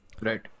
Right